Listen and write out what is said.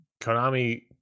Konami